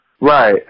Right